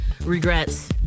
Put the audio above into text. regrets